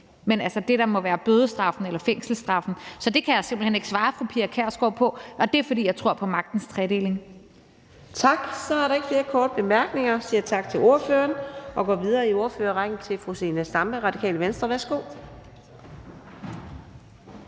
men altså det, der må være bødestraffen eller fængselsstraffen. Så det kan jeg simpelt hen ikke svare fru Pia Kjærsgaard på, og det er, fordi jeg tror på magtens tredeling. Kl. 15:04 Fjerde næstformand (Karina Adsbøl): Tak. Så er der ikke flere korte bemærkninger. Jeg siger tak til ordføreren og går videre i ordførerrækken til fru Zenia Stampe, Radikale Venstre. Værsgo.